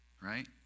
right